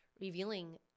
revealing